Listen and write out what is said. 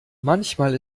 manchmal